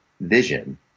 vision